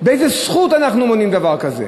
באיזו זכות אנחנו מונעים דבר כזה?